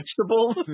vegetables